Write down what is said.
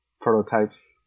prototypes